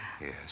Yes